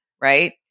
right